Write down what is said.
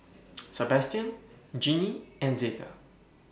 Sebastian Jeannie and Zeta